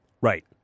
Right